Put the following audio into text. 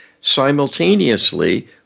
simultaneously